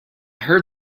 heard